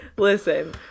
Listen